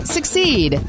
Succeed